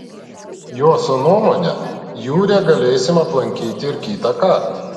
joso nuomone jūrę galėsim aplankyti ir kitąkart